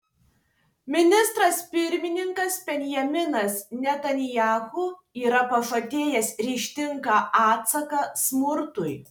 ministras pirmininkas benjaminas netanyahu yra pažadėjęs ryžtingą atsaką smurtui